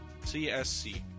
CSC